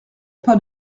pas